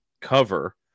cover